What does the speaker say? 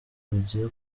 rugiye